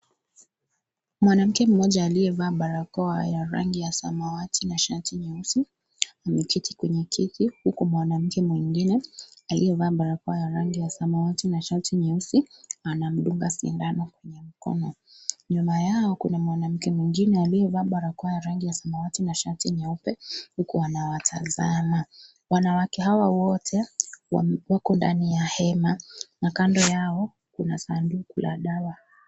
Mwanamke mmoja aliyevaa barakoa ya rangi ya samawati na shati nyeusi, ameketi kwenye kiti. Huku mwanamke mwingine aliyevaa barakoa ya rangi ya samawati na shati nyeusi, anamdunga sindano kwenye mkono. Nyuma yao kuna mwanamke mwingine aliyevaa barakoa ya rangi ya samawati na shati nyeupe, huku anawatazama. Wanawake hawa wote, wako ndani ya hema, na kando yao kuna sanduku la dawa.